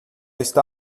está